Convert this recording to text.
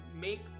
make